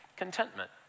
contentment